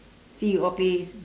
see you all play s~